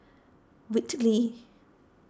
Whitley